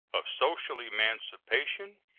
of social emancipation,